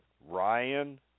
Ryan